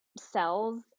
cells